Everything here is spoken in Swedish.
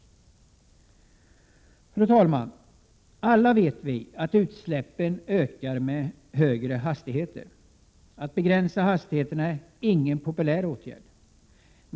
Fru talman! Alla vet att utsläppen ökar med högre hastighet. Att begränsa hastigheterna är ingen populär åtgärd.